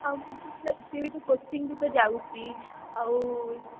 ଆଉ ସେ ସିଏ ବି ତ କୋଚିଙ୍ଗ୍ ବି ତ ଯାଉଛି ଆଉ